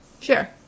Sure